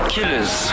Killers